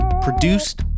Produced